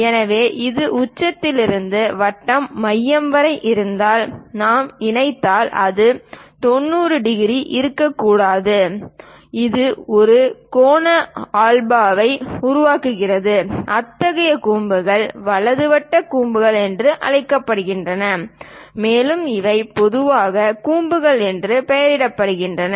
எனவே இது உச்சத்தில் இருந்து வட்டத்தின் மையம் வரை இருந்தால் நாம் இணைந்தால் அது 90 டிகிரி இருக்கக்கூடாது இது ஒரு கோண ஆல்பாவை உருவாக்குகிறது அத்தகைய கூம்புகள் வலது வட்ட கூம்புகள் என்று அழைக்கப்படுகின்றன மேலும் இவை பொதுவாக கூம்புகள் என்று பெயரிடப்படுகின்றன